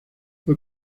fue